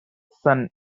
son